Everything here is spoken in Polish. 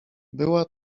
była